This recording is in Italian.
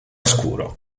scuro